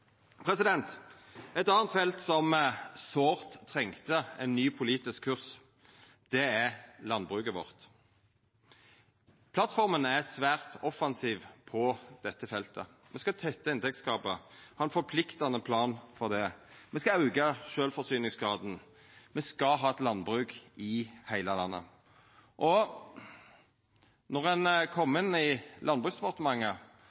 Eit anna felt som sårt trong ein ny politisk kurs, er landbruket vårt. Plattforma er svært offensiv på dette feltet. Me skal tetta inntektsgapet og ha ein forpliktande plan for det. Me skal auka sjølvforsyningsgraden. Me skal ha eit landbruk i heile landet.